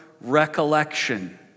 recollection